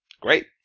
great